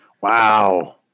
Wow